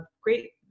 great